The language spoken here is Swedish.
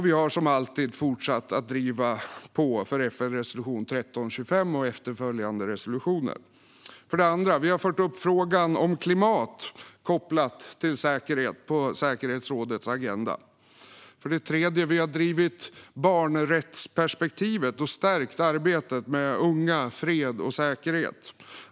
Vi har som alltid fortsatt driva på för FN-resolution 1325 och efterföljande resolutioner. För det andra: Vi har fört upp frågan om klimat kopplat till säkerhet på säkerhetsrådets agenda. För det tredje: Vi har drivit barnrättsperspektivet och stärkt arbetet med unga, fred och säkerhet.